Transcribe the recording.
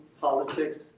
politics